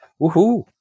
Woohoo